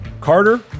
Carter